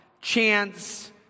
chance